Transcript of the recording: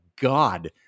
god